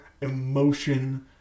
Emotion